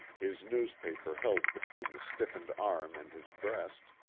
his newspaper held between the stiffened arm and his breast,